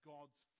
God's